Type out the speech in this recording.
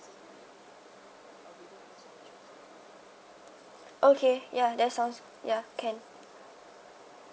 okay yeah that sounds yeah can